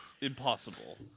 Impossible